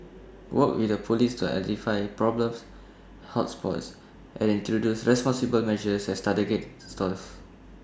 work with the Police to identify problem hot spots and introduce responsible measures at targeted stores